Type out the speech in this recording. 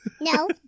No